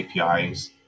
APIs